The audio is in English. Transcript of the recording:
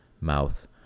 mouth